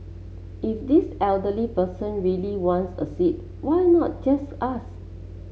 if this elderly person really wants a seat why not just ask